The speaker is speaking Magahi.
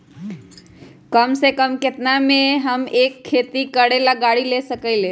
कम से कम केतना में हम एक खेती करेला गाड़ी ले सकींले?